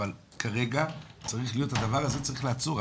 אבל כרגע הדבר הזה צריך לעצור.